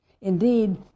Indeed